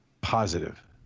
positive